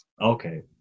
Okay